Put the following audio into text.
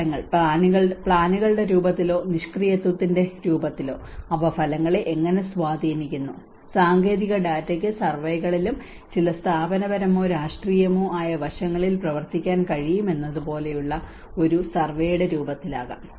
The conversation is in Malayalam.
ഈ ഫലങ്ങൾ പ്ലാനുകളുടെ രൂപത്തിലോ നിഷ്ക്രിയത്വത്തിന്റെ രൂപത്തിലോ അവ ഫലങ്ങളെ എങ്ങനെ സ്വാധീനിക്കുന്നു സാങ്കേതിക ഡാറ്റയ്ക്ക് സർവേകളിലും ചില സ്ഥാപനപരമോ രാഷ്ട്രീയമോ ആയ വശങ്ങളിൽ പ്രവർത്തിക്കാൻ കഴിയുമെന്നത് പോലെയുള്ള ഒരു സർവേയുടെ രൂപത്തിലാകാം